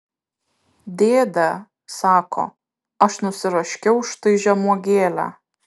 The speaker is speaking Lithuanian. dėde sako aš nusiraškiau štai žemuogėlę